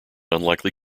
unlikely